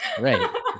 Right